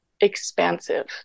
expansive